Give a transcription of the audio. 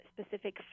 specific